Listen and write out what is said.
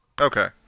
Okay